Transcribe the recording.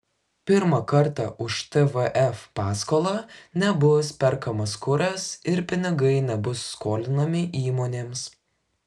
pirmą kartą už tvf paskolą nebus perkamas kuras ir pinigai nebus skolinami įmonėms